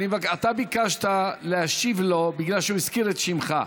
אתה ביקשת להשיב לו בגלל שהוא הזכיר את שמך,